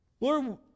Lord